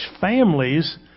families